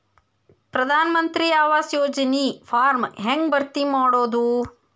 ಪ್ರಧಾನ ಮಂತ್ರಿ ಆವಾಸ್ ಯೋಜನಿ ಫಾರ್ಮ್ ಹೆಂಗ್ ಭರ್ತಿ ಮಾಡೋದು?